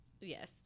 Yes